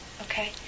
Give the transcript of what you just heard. okay